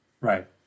Right